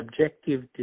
objective